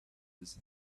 with